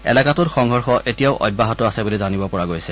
এলেকাটোত সংঘৰ্ষ এতিয়াও অব্যাহত আছে বুলি জানিব পৰা গৈছে